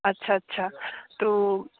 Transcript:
আচ্ছা আচ্ছা তো